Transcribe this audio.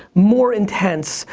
more intense?